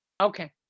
Okay